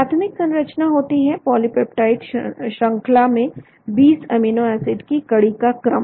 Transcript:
प्राथमिक संरचना होती है पॉलिपेप्टाइड श्रंखला में 20 अमीनो एसिड की कड़ी का क्रम